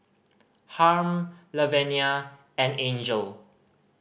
Harm Lavenia and Angel